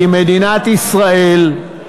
כי מדינת ישראל,